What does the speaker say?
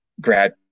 grad